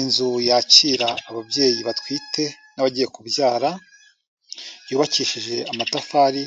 Inzu yakira ababyeyi batwite n'abagiye kubyara, yubakishije amatafari